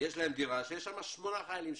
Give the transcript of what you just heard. יש להם דירה שיש בה 8 חיילים.